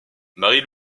marie